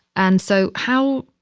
and so how,